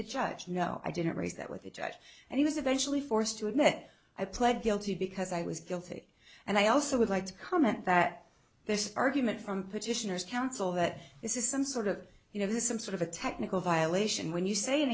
the judge no i didn't raise that with the judge and he was eventually forced to admit i pled guilty because i was guilty and i also would like to comment that this argument from petitioners counsel that this is some sort of you know there's some sort of a technical violation when you say